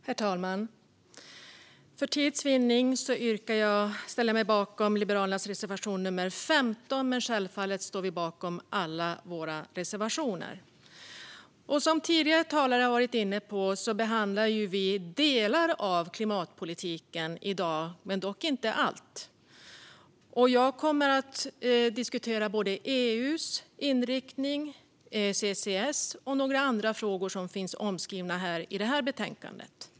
Herr talman! För tids vinnande yrkar jag bifall endast till Liberalernas reservation nummer 15, men vi liberaler står självfallet bakom alla våra reservationer. Som tidigare talare varit inne på behandlar vi i dag delar av klimatpolitiken men inte allt. Jag kommer att diskutera EU:s inriktning, ECCS och några andra frågor som tas upp i detta betänkande.